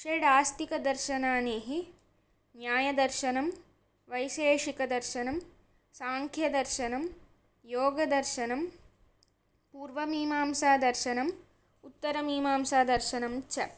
षड् आस्तिकदर्शनानि न्यायदर्शनं वैशेषिकदर्शनं साङ्ख्यदर्शनं योगदर्शनं पूर्वमीमांसादर्शनम् उत्तरमीमांसादर्शनं च